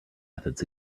methods